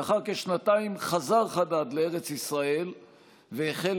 לאחר כשנתיים חזר חדד לארץ ישראל והחל